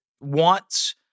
wants